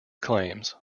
claims